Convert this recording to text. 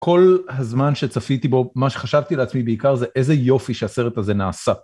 כל הזמן שצפיתי בו, מה שחשבתי לעצמי בעיקר זה איזה יופי שהסרט הזה נעשה.